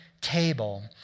table